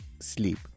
sleep